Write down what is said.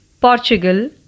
Portugal